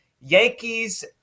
Yankees